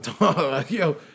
Yo